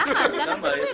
עקרונית